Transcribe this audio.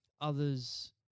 others